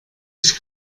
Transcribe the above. ich